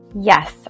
Yes